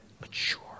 Mature